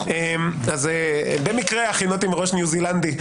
במקרה הכינותי מראש ניו-זילנדי.